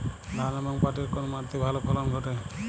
ধান এবং পাটের কোন মাটি তে ভালো ফলন ঘটে?